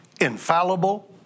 infallible